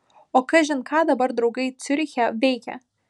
o kažin ką dabar draugai ciuriche veikia